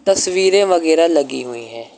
تصویریں وغیرہ لگی ہوئی ہیں